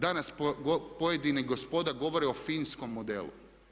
Danas pojedina gospoda govore o finskom modelu.